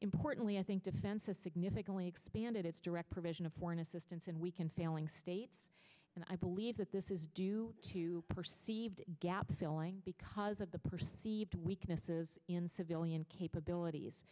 importantly i think defense is significantly expanded its direct provision of foreign assistance and we can failing states and i believe that this is due to perceived gap filling because of the perceived weaknesses in civilian capabilities